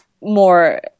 more